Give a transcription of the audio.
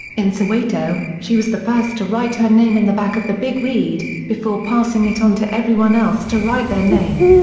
in soweto, she was the first to write her name in the back of the big read, before passing it on to everyone else to write their name.